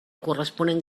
corresponent